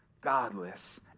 godless